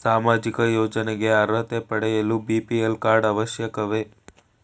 ಸಾಮಾಜಿಕ ಯೋಜನೆಗೆ ಅರ್ಹತೆ ಪಡೆಯಲು ಬಿ.ಪಿ.ಎಲ್ ಕಾರ್ಡ್ ಅವಶ್ಯಕವೇ?